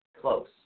close